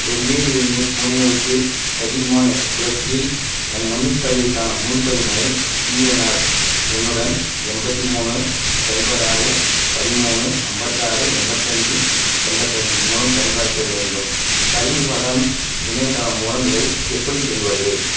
டெல்லியிலிருந்து புனேவுக்கு கதிமான் எக்ஸ்பிரஸ் இல் எனது முன்பதிவுக்கான முன்பதிவு நிலையை பிஎன்ஆர் எண்ணுடன் எண்பத்தி மூணு சைபர் ஆறு பதிமூணு ஐம்பத்தாறு எண்பத்தஞ்சி எண்பத்தஞ்சி மூலம் சரிபார்க்க வேண்டும் பரிவஹன் இணையதளம் மூலம் இதை எப்படி செய்வது